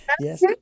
Yes